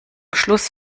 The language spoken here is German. schluss